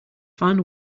fan